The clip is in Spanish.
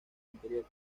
anterior